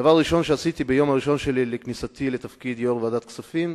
דבר ראשון שעשיתי ביום הראשון שלי בתפקיד יושב-ראש ועדת הכספים,